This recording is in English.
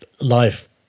life